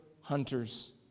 hunters